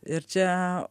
ir čia